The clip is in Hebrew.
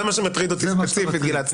זה מה שמטריד אותי ספציפית גלעד.